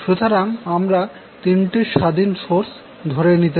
সুতরাং আমরা তিনটি স্বাধীন সোর্স ধরে নিতে পারি